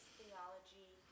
theology